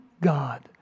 God